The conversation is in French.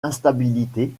instabilité